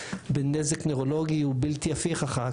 הנזק נוירולוגי הוא בלתי הפיך אחר כך.